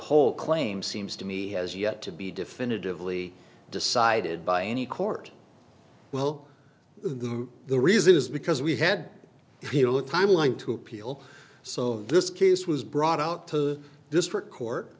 whole claim seems to me has yet to be definitively decided by any court will the the reason is because we had if you look timeline to appeal so this case was brought out to the district court